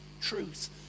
truth